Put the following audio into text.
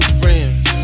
friends